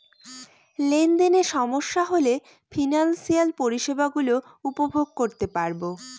লেনদেনে সমস্যা হলে ফিনান্সিয়াল পরিষেবা গুলো উপভোগ করতে পারবো